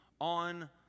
on